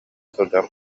сылдьан